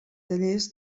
tallers